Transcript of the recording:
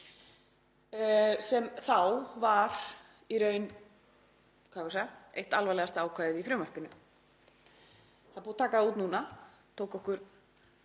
sem þá var í raun eitt alvarlegasta ákvæðið í frumvarpinu. Það er búið að taka það út núna, tók okkur